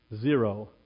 Zero